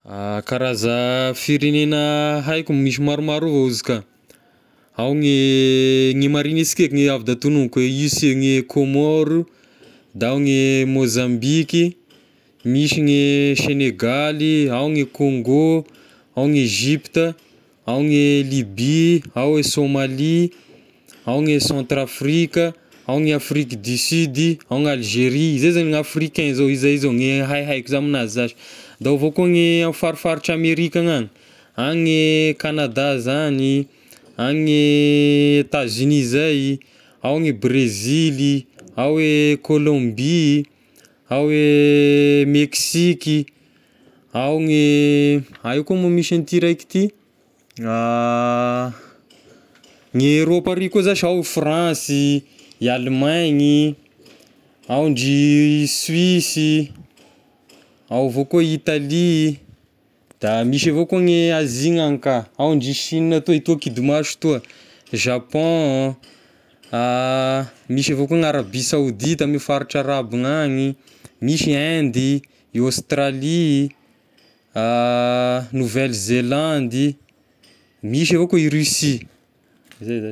Karaza firegnena haiko misy maromaro avao izy ka, ao ny ny marigny ansika eky no avy da tognoniko io sy gne Comore, da ao gne Môzambiky, misy gne Senegaly, ao gne Congo, ao gne Egypta, ao gne Libia, ao e Somalia, ao gne Centre Afrika, ao gne Afrique du Sud-y, ao ny Algeria zay zao ny africain zao, zay zao ny haihaiko aminazy zashy, da ao avao koa ny ame farifaritra amerika agnany, any Kanada zagny, any Etats-Unis zay, ao ny Brezily, ao e Colombia, ao gne Meksiky, ao ny aiha koa moa misy an'ity raika ty ny Erôpa ary koa zashy ao France ih, e Allemagne ih, ao ndry Suisse ih, ao avao koa Italia, da misy avao koa ny Asia agny ka, ao ndry Chine toy toa kidy maso toa, Japon misy avao koa ny Arabie Saoudite ame faritra arabo gn'agny, misy Inde, e Australie, Nouvelle Zelande, misy avao koa e Russie, zay zagny.